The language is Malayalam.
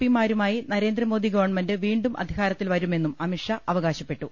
പിമാരുമായി നരേന്ദ്രമോദി ഗവൺമെന്റ് വീണ്ടും അധികാരത്തിൽ വരുമെന്നും അമിത്ഷാ അവകാശപ്പെട്ടു